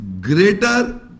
greater